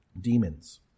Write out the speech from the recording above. demons